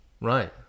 right